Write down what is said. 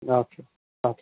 hmm okay okay